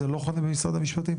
זה לא חונה במשרד המשפטים?